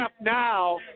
now